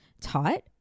taught